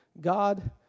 God